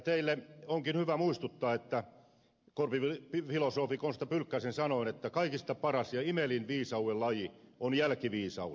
teille onkin hyvä muistuttaa filosofi konsta pylkkäsen sanoin että kaikista paras ja imelin viisaudenlaji on jälkiviisaus